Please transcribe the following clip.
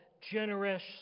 generous